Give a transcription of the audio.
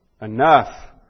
enough